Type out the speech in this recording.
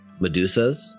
Medusas